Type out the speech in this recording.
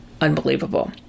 Unbelievable